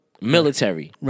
military